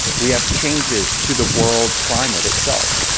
we have changes to the world climate itself.